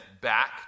back